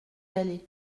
aller